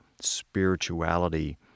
spirituality